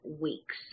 weeks